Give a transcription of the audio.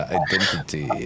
identity